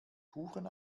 kuchen